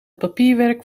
papierwerk